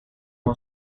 law